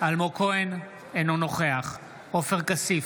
אינו נוכח עופר כסיף,